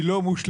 היא לא מושלמת,